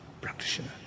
practitioner